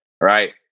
right